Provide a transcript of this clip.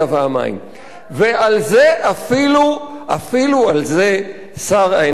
ועל זה אפילו שר האנרגיה והמים,